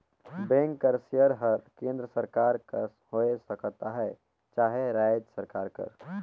bank कर share हर केन्द्र सरकार कर होए सकत अहे चहे राएज सरकार कर